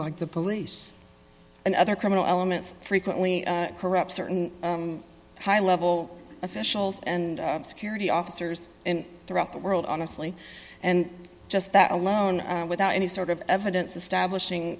like the police and other criminal elements frequently corrupt certain high level officials and security officers and throughout the world honestly and just that alone without any sort of evidence establishing